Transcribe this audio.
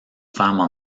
femmes